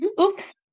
Oops